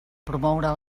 promoure